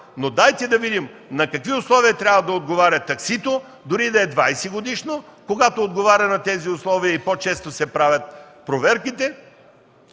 дайте да видим на какви условия трябва да отговаря таксито, дори и да е 20-годишно? Когато отговаря на тези условия и по-често се правят проверките,